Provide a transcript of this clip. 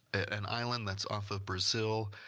an island that's off of brazil.